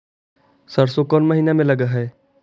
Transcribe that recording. सरसों कोन महिना में लग है?